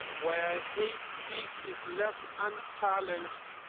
where hate speech is left unchallenged,